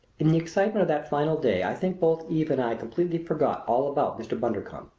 in the excitement of that final day i think both eve and i completely forgot all about mr. bundercombe.